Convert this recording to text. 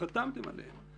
וחתמתם עליו.